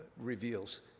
reveals